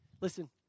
Listen